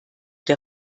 der